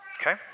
Okay